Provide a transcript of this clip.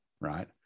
right